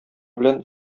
белән